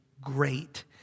great